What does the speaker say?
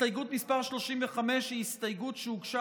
הסתייגות מס' 35 היא הסתייגות שהוגשה